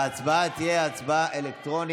ההצבעה תהיה אלקטרונית.